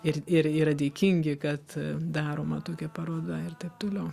ir ir yra dėkingi kad daroma tokia paroda ir taip toliau